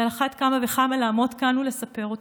ועל אחת כמה וכמה לעמוד כאן ולספר אותו.